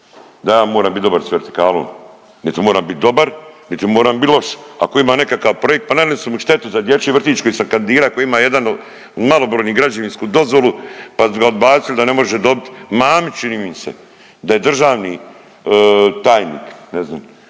da ja moram bit dobar sa vertikalom. Niti moram bit dobar niti moram bit loš, ako ima nekakav projekt pa nanijeli su mi štetu za dječji vrtić koji se kandidira koji ima jedan od malobrojnih građevinsku dozvolu pa su ga bacili da ne može dobit, Mamić čini mi se da je državni tajnik ne znam,